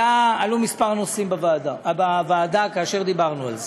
עלו כמה נושאים בוועדה כאשר דיברנו על זה.